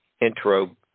intro